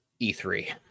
E3